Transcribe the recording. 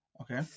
Okay